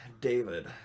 David